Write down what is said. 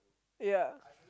ya